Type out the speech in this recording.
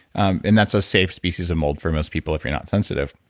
um and that's a safe species of mold for most people if you're not sensitive.